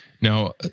Now